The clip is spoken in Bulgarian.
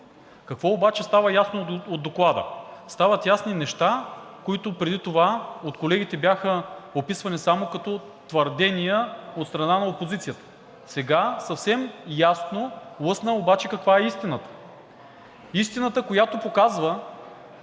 Какво обаче става ясно от Доклада? Стават ясни неща, които преди това от колегите бяха описвани само като твърдения от страна на опозицията. Сега съвсем ясно лъсна обаче каква е истината. Истината, която показва,